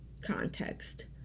context